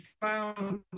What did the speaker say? found